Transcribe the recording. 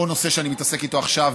או נושא שאני מתעסק בו עכשיו,